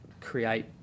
create